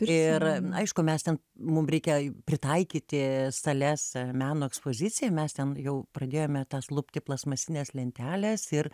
ir aišku mes ten mum reikia pritaikyti sales meno ekspozicijai mes ten jau pradėjome tas lupti plastmasines lenteles ir